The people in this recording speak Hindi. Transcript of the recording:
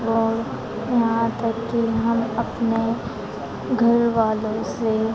और यहाँ तक कि हम अपने घर वालों से